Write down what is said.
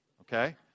Okay